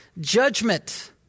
judgment